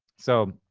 so,